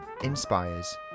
inspires